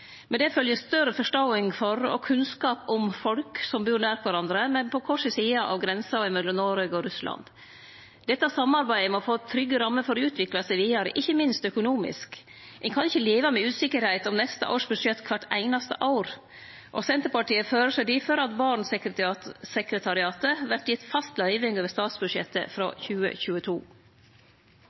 Med det følgjer større forståing for og kunnskap om folk som bur nær kvarandre, men på kvar si side av grensa mellom Noreg og Russland. Dette samarbeidet må få trygge rammer for å utvikle seg vidare, ikkje minst økonomisk. Ein kan ikkje leve med usikkerheit om neste års budsjett kvart einaste år. Senterpartiet føreslår difor at Barentssekretariatet vert gitt fast løyving over statsbudsjettet frå 2022.